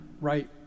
right